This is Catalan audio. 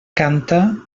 canta